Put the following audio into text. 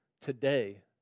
Today